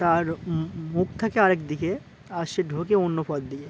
তার মুখ থাকে আরেকদিকে আর সে ঢোকে অন্য পথ দিয়ে